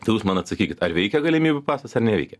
tai jūs man atsakykit ar veikia galimybių pasas ar neveikia